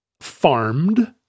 farmed